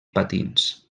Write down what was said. patins